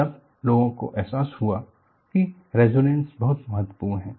तब लोगों को एहसास हुआ कि रेजोनेंस बहुत महत्वपूर्ण है